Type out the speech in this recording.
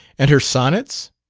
and her sonnets.